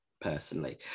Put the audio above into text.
personally